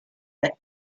but